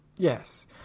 Yes